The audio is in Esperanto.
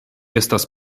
estas